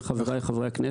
וחבריי חברי הכנסת,